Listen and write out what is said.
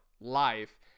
life